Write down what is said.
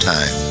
Time